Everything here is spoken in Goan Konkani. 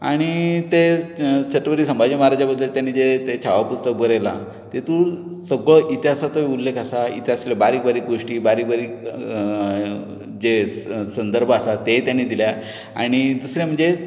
आनी ते छत्रपती संभाजी महाराजा बद्दल ताणी जें छावा पुस्तक बरयलां तातूंत सगळो इतिहासाचोय उल्लेख आसा इतिहासांतल्यो बारीक बारीक गोश्टी बारीक बारीक जे संदर्भ आसात तेवूय ताणें दिल्यात आनी दुसरें म्हणजे